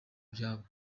byabo